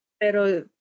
Pero